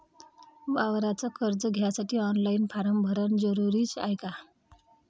वावराच कर्ज घ्यासाठी ऑनलाईन फारम भरन जरुरीच हाय का?